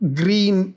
green